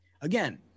again